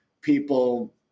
people